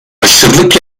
aşırılık